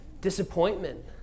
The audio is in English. Disappointment